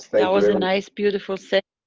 that was a nice beautiful se.